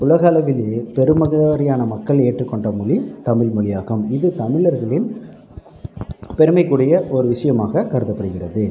உலகளவிலேயே பெரும்மகறியான மக்கள் ஏற்றுக்கொண்ட மொழி தமிழ்மொழி ஆகும் இது தமிழர்களின் பெருமைக்குரிய ஒரு விஷயமாக கருதப்படுகிறது